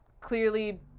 clearly